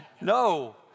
No